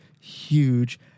huge